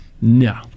No